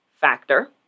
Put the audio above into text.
Factor